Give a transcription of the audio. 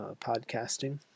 podcasting